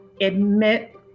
admit